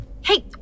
Hey